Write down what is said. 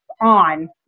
on